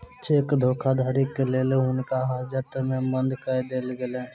cheque धोखाधड़ीक लेल हुनका हाजत में बंद कअ देल गेलैन